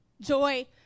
joy